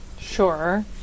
Sure